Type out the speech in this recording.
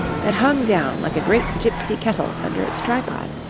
that hung down like a great gipsy kettle under its tripod.